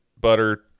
butter